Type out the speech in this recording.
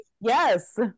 Yes